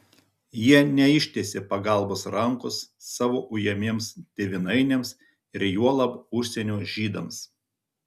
jie neištiesė pagalbos rankos savo ujamiems tėvynainiams ir juolab užsienio žydams